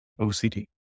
OCD